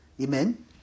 Amen